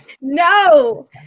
no